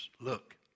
Look